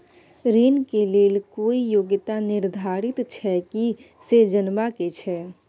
ऋण के लेल कोई योग्यता निर्धारित छै की से जनबा के छै?